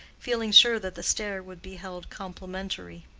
feeling sure that the stare would be held complimentary.